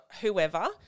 whoever